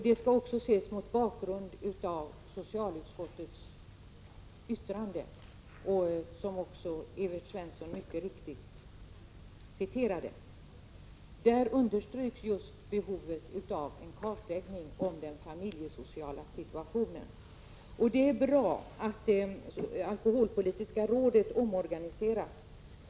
Den skall också ses mot bakgrund av socialutskottets yttrande, som Evert Svensson citerade. Där understryks behovet av en kartläggning av den familjesociala situationen. Det är bra att det alkoholpolitiska rådet omorganiseras.